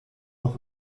noch